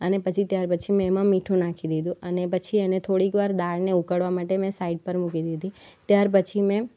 અને પછી ત્યારપછી મેં એમાં મીઠું નાખી દીધું અને પછી એને થોડીક વાર દાળને ઉકળવા માટે મેં સાઇડ પર મૂકી દીધી ત્યારપછી મેં